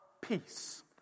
Peace